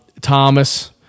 Thomas